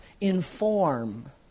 inform